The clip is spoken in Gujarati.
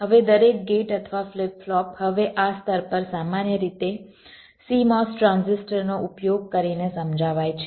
હવે દરેક ગેટ અથવા ફ્લિપ ફ્લોપ હવે આ સ્તર પર સામાન્ય રીતે CMOS ટ્રાન્ઝિસ્ટરનો ઉપયોગ કરીને સમજાવાય છે